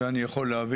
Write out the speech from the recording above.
את זה אני יכול להבין,